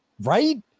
right